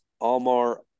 Almar